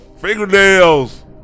fingernails